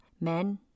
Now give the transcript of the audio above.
Men